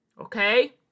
okay